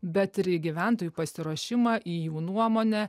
bet ir į gyventojų pasiruošimą į jų nuomonę